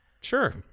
Sure